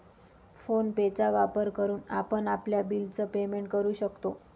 phone पे चा वापर करून आपण आपल्या बिल च पेमेंट करू शकतो